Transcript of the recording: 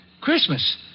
Christmas